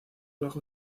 bajo